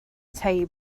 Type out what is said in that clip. tei